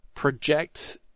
Project